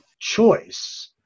choice